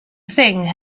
thing